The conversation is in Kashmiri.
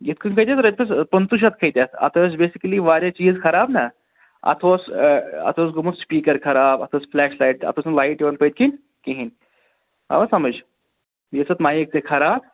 یِتھ کٔنۍ کھٔتۍ اَتھ رۄپیَس پٔنٛژٕ شیٚتھ کھٔتۍ اَتھ اَتھ ٲس بیسِکلی واریاہ چیٖز خراب نا اَتھ اوس اَتھ اوس گوٚمُت سِپیٖکَر خراب اَتھ اوس فٕلیش لایٹ اَتھ اوس نہٕ لایٹ یِوان پٔتھۍ کِنۍ کِہیٖنۍ آوَ سَمٕجھ بیٚیہِ ٲس اَتھ مایِک تہِ خراب